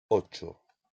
ocho